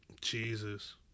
Jesus